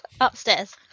upstairs